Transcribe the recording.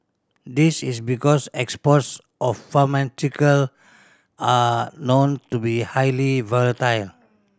this is because exports of pharmaceutical are known to be highly volatile